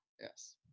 yes